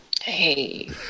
Hey